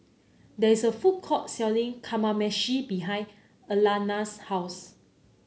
there's a food court selling Kamameshi behind Alayna's house